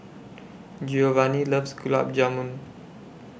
Geovanni loves Gulab Jamun